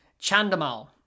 Chandamal